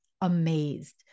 amazed